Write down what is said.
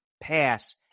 pass